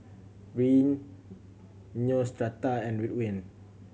Rene Neostrata and Ridwind